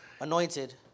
anointed